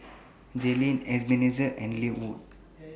Jaylin Ebenezer and Linwood